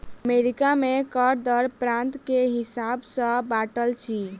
America में कर दर प्रान्त के हिसाब सॅ बाँटल अछि